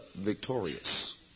victorious